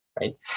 right